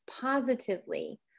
positively